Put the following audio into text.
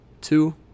two